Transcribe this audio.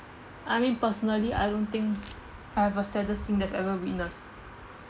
I mean personally I don't think I have a saddest scene that I've ever witnessed